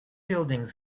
building